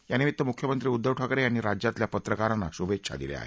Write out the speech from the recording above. यानिमित्त मुख्यमंत्री उद्दव ठाकरे यांनी राज्यातल्या पत्रकारांना शुभेच्छा दिल्या आहेत